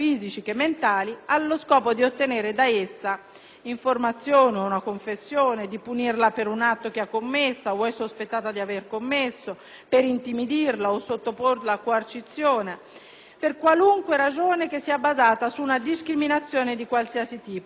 informazioni o confessioni, di punirla per un atto che ha commesso o è sospettata aver commesso, di intimidirla o sottoporla a coercizione, per qualunque ragione basata su una discriminazione di qualsiasi tipo, a condizione che il dolore o la sofferenza